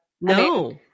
No